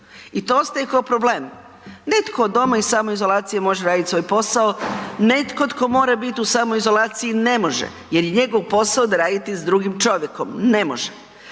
i to ostaje kao problem. Netko od doma iz samoizolacije može radit svoj posao, netko tko mora bit u samoizolaciji ne može jer je njegov posao da radi s drugim čovjekom, ne može.